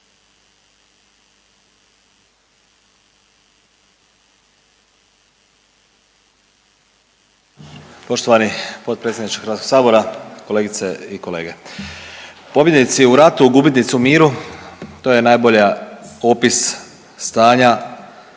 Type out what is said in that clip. Poštovani potpredsjedniče Hrvatskog sabora, kolegice i kolege. Pobjednici u ratu, gubitnici u miru to je najbolji opis stanja